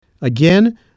Again